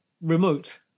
remote